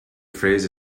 phrase